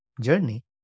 journey